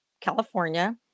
California